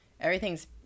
everything's